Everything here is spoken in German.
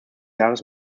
jahres